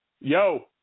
Yo